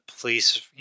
police